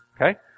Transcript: Okay